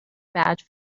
badge